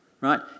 right